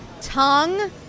tongue